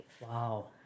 Wow